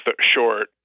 short